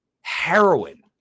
heroin